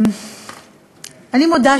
אני מודה,